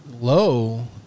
low